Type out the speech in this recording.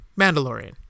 Mandalorian